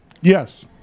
Yes